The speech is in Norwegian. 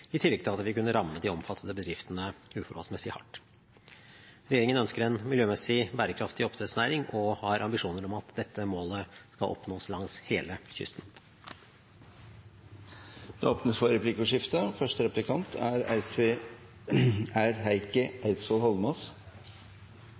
i tillegg til at det vil kunne ramme de omfattede bedriftene uforholdsmessig hardt. Regjeringen ønsker en miljømessig bærekraftig oppdrettsnæring og har ambisjoner om at dette målet skal oppnås langs hele kysten. Det blir replikkordskifte. Bare lite grann polemikk først: Statsråden sier at det er